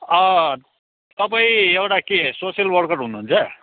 अँ तपाईँ एउटा के सोसियल वर्कर हुनुहुन्छ